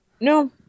No